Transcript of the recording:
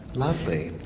lovely.